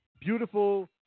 Beautiful